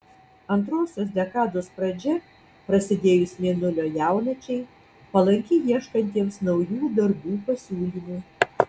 antrosios dekados pradžia prasidėjus mėnulio jaunačiai palanki ieškantiems naujų darbų pasiūlymų